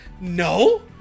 no